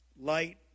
Light